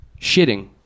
shitting